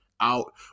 out